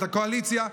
את הקואליציה,